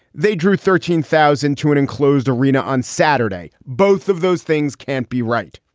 they drew thirteen thousand to an enclosed arena on saturday. both of those things can't be right.